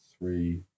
three